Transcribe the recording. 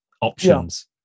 options